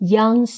Young